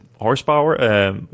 horsepower